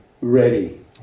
ready